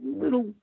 little